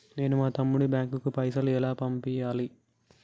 నేను మా తమ్ముని బ్యాంకుకు పైసలు ఎలా పంపియ్యాలి?